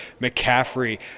McCaffrey